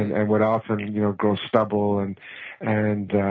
and and would often and you know grow stubble and and